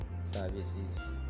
services